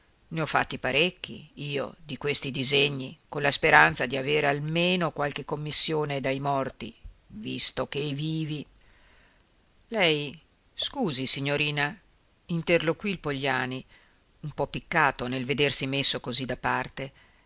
ne ho fatti parecchi io di questi disegni con la speranza di avere almeno qualche commissione dai morti visto che i vivi lei scusi signorina interloquì il pogliani un po piccato nel vedersi messo così da parte